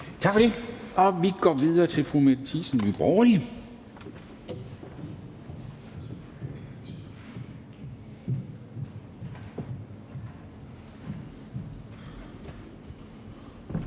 Tak for det. Og vi går videre til fru Katrine Robsøe,